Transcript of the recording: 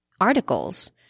articles